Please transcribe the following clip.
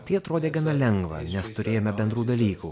tai atrodė gana lengva nes turėjome bendrų dalykų